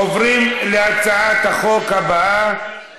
עוברים להצעת החוק הבאה,